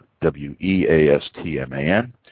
W-E-A-S-T-M-A-N